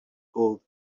gold